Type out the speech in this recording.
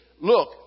Look